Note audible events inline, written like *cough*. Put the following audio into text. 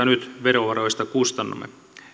*unintelligible* nyt verovaroista kustannamme